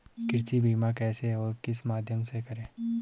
कृषि बीमा कैसे और किस माध्यम से करें?